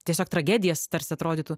tiesiog tragedijas tarsi atrodytų